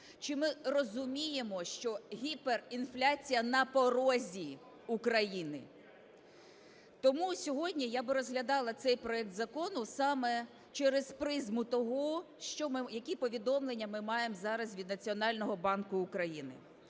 Чи ми розуміємо, що гіперінфляція на порозі України? Тому сьогодні я би розглядала цей проект закону саме через призму того, які повідомлення ми маємо зараз від Національного банку України.